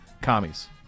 commies